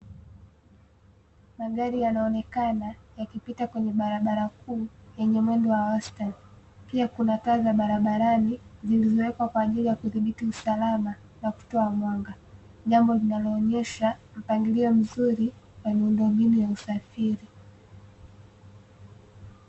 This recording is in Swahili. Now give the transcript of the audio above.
Magari yanaonekana yakipita kwenye barabara kuu yenye mwendo wa wastani. Pia kuna taa za barabarani, zilizowekwa kwa ajili ya kudhibiti usalama na kutoa mwanga, jambo linaloonyesha mpangilio mzuri wa miundombinu ya usafiri.